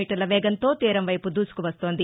మీ వేగంతో తీరంవైపు దూసుకు వస్తోంది